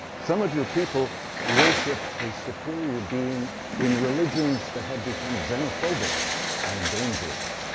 some of your people worship a superior being in religions that have become xenophobic and dangerous.